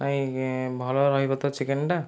ନାଇଁ ଭଲ ରହିବ ତ ଚିକେନ୍ଟା